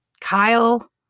Kyle